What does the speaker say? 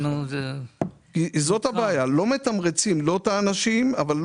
הבעיה זה שלא מתמרצים את האנשים ואת